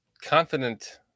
confident